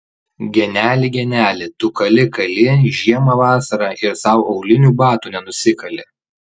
geneli geneli tu kali kali žiemą vasarą ir sau aulinių batų nenusikali